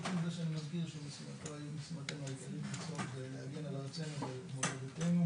חוץ מזה שאני מזכיר שמשימתנו העיקרית היא להגן על ארצנו ועל מולדתנו.